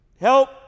Help